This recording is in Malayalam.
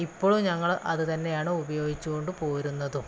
ഇപ്പോഴും ഞങ്ങള് അത് തന്നെയാണ് ഉപയോഗിച്ചോണ്ട് പോരുന്നതും